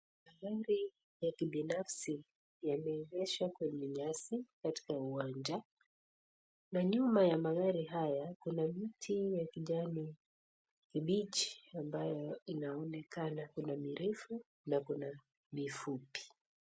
Magari ya kibinafsi yameegeshwa kwenye nyasi katika uwanja, na nyuma ya magari haya kuna miti ya kijani kibichi ambayo inaonekana kuna mirefu na kuna mifupi.